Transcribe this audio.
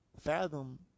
Fathom